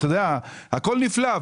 הכול נפלא.